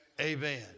Amen